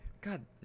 God